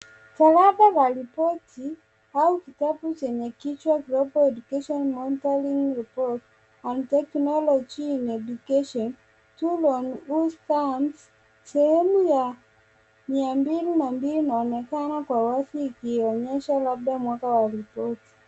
Talaba za ripoti au kitabu chenye kichwa Global Education Monitoring Report On Technology In Education Too Long Who Stamps . Sehemu ya mia mbili na mbili inaonekana kwa wazi ikionyesha labda mwaka wa ripoti.